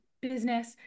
business